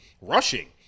rushing